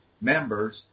members